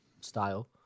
style